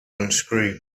unscrew